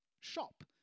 shop